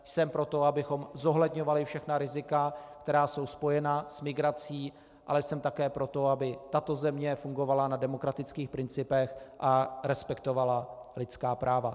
Jsem pro to, abychom zohledňovali všechna rizika, která jsou spojena s migrací, ale jsem také pro to, aby tato země fungovala na demokratických principech a respektovala lidská práva.